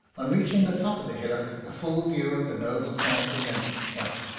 on reaching the top of the hillock, a full view of the noble stag presented itself,